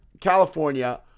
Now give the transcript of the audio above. California